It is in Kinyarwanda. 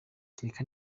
kereka